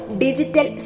digital